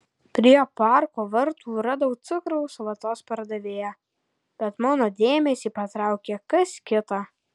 prie parko vartų radau cukraus vatos pardavėją bet mano dėmesį patraukė kas kita